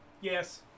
Yes